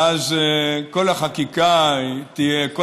ואז כל החקיקה תהיה,